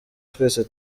twese